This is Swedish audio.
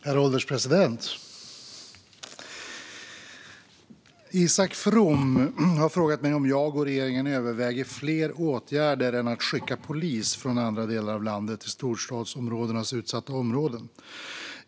Herr ålderspresident! Isak From har frågat mig om jag och regeringen överväger fler åtgärder än att skicka polis från andra delar av landet till storstadsområdenas utsatta områden.